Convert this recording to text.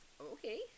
okay